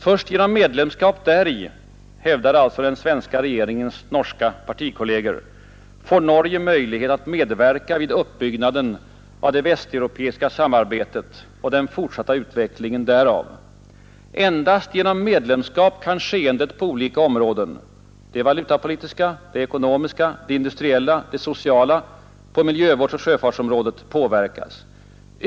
Först genom medlemskap däri — hävdade alltså den svenska regeringens norska partikolleger — får Norge möjlighet att medverka vid uppbyggnaden av det västeuropeiska samarbetet och den fortsatta utvecklingen därav. Endast genom medlemskap kan skeendet på olika områden — det valutapolitiska, det ekonomiska, det industriella och det sociala området samt miljövårdsområdet och sjöfartsområdet — påverkas.